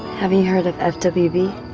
having heard of fwb